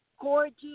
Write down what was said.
gorgeous